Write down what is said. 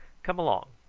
come along.